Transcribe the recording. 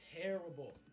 terrible